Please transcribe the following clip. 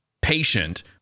patient